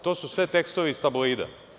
To su sve tekstovi iz tabloida.